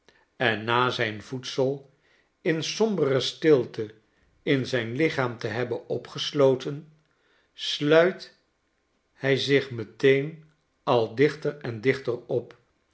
en na zijn voedsel in sombere stilte in zijn lichaam te hebben opgesloten sluit hi zich meteen al dichter en dichter op